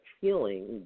feeling